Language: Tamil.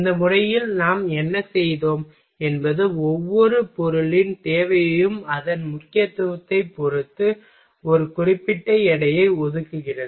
இந்த முறையில் நாம் என்ன செய்தோம் என்பது ஒவ்வொரு பொருளின் தேவையும் அதன் முக்கியத்துவத்தைப் பொறுத்து ஒரு குறிப்பிட்ட எடையை ஒதுக்குகிறது